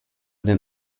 den